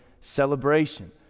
celebration